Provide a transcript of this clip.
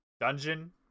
dungeon